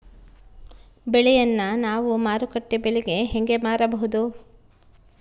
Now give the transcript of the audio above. ಬೆಳೆಯನ್ನ ನಾವು ಮಾರುಕಟ್ಟೆ ಬೆಲೆಗೆ ಹೆಂಗೆ ಮಾರಬಹುದು?